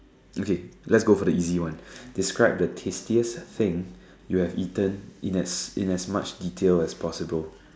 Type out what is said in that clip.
okay let's go for the easy one describe the tastiest thing you have eaten in as in as much details as possible